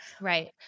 Right